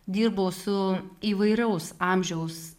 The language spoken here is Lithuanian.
dirbau su įvairaus amžiaus